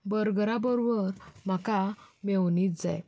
बर्गरा बरोबर म्हाका मेयोनीज जाय